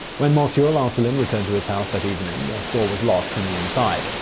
when monsieur lancelin returned to his house that evening, the door was locked from the inside.